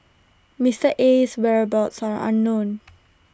Mister Aye's whereabouts are unknown